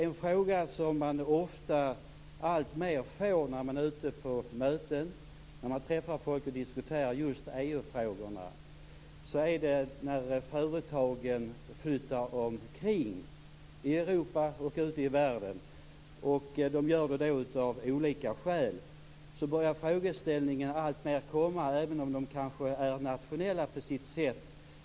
En fråga får man alltmer ofta när man är ute på möten och när man träffar folk och diskuterar just EU-frågorna. När företagen flyttar omkring i Europa och ute i världen - och det gör de av olika skäl - börjar frågeställningar komma alltmer, även om de kanske är nationella på sitt sätt.